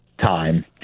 time